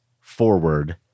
forward